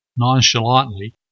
nonchalantly